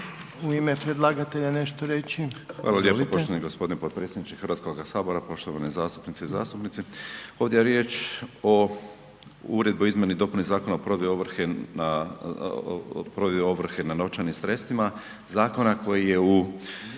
Zdravko** Hvala lijepo poštovani gospodine potpredsjedniče Hrvatskoga sabora. Poštovane zastupnice i zastupnici, ovdje je riječ o Uredbi o izmjeni i dopuni Zakona o provedbi ovrhe na novčanim sredstvima, zakona koji je u